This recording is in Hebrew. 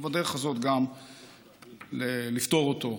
ובדרך הזאת גם לפתור אותו,